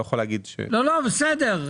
הוא צודק.